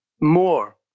more